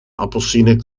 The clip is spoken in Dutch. appelsienen